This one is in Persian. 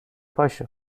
پاشو